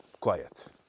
quiet